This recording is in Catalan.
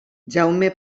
jaume